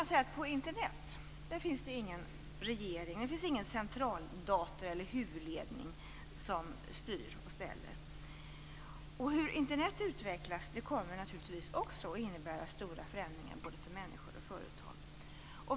På Internet finns ingen regering. Där finns ingen centraldator eller huvudledning som styr och ställer. Hur Internet utvecklas kommer naturligtvis också att innebära stora förändringar för människor och företag.